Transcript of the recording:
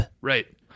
Right